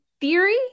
theory